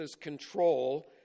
control